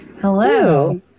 Hello